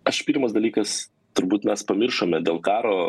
aš pirmas dalykas turbūt mes pamiršome dėl karo